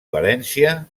valència